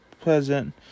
present